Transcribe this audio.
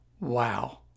Wow